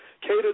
Cater